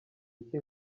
iki